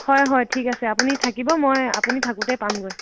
হয় হয় ঠিক আছে আপুনি থাকিব মই আপুনি থাকোতেই পামগৈ